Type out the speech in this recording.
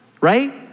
right